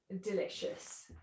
delicious